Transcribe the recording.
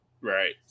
Right